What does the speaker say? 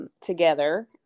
Together